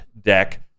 deck